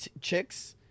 chicks